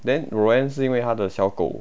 then roanne 是因为她的小狗